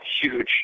huge